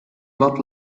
lot